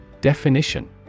Definition